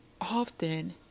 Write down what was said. often